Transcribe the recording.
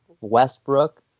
Westbrook